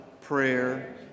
prayer